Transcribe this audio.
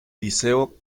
liceo